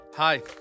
Hi